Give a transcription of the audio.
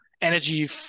energy